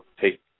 take